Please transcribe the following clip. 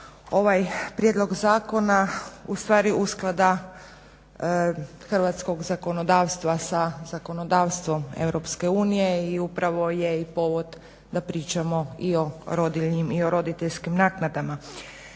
ovaj prijedlog zakona ustvari usklada hrvatskog zakonodavstva sa zakonodavstvom EU i upravo je i povod da pričamo o rodiljnim i roditeljskim naknadama.